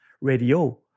radio